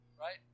right